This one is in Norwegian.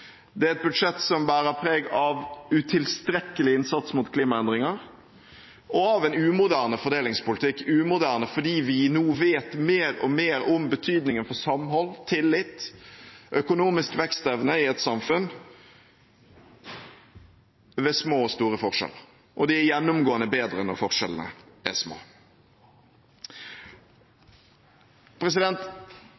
Det er et budsjett som bærer preg av utilstrekkelig innsats mot klimaendringer og av en umoderne fordelingspolitikk – «umoderne» fordi vi nå vet mer og mer om betydningen for samhold, tillit og økonomisk vekstevne i et samfunn ved små og store forskjeller, og det er gjennomgående bedre når forskjellene er små.